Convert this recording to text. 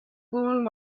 boone